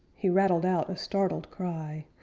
he rattled out a startled cry.